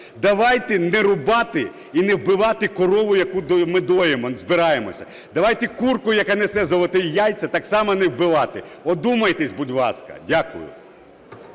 Давайте не рубати і не вбивати корову, яку ми доїмо, збираємося, давайте курку, яка несе "золоті" яйця, так само не вбивати. Одумайтесь, будь ласка. Дякую.